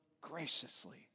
graciously